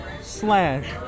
slash